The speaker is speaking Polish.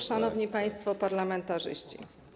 Szanowni Państwo Parlamentarzyści!